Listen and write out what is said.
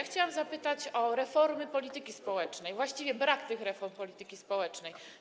Chciałam zapytać o reformy polityki społecznej, właściwie brak reform polityki społecznej.